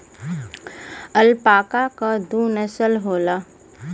alpaca क दू नसल होला